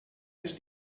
les